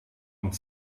und